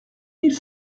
mille